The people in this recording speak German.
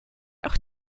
auch